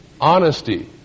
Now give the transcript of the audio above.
Honesty